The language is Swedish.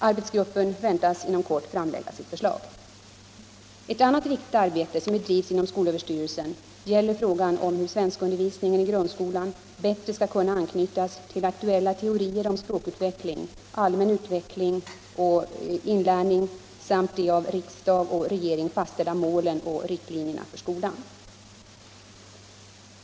Arbetsgruppen väntas inom kort framlägga sitt förslag. Ett annat viktigt arbete som bedrivs inom skolöverstyrelsen gäller frågan om hur svensk-undervisningen i grundskolan bättre skall kunna anknytas till aktuella teorier om språkutveckling, allmän utveckling och inlärning samt till de av riksdag och regering fastställda målen och riktlinjerna för skolan.